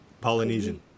Polynesian